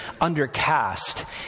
undercast